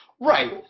Right